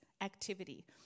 activity